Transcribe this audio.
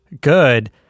good